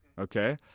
Okay